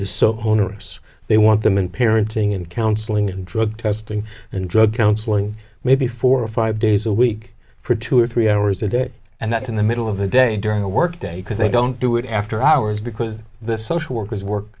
so onerous they want them in parenting and counseling and drug testing and drug counseling maybe four or five days a week for two or three hours a day and that's in the middle of the day during the workday because they don't do it after hours because the social workers work